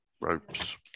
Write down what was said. Ropes